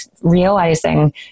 realizing